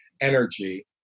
energy